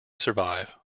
survive